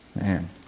Man